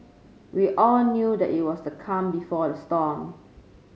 we all knew that it was the calm before the storm